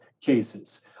cases